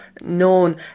known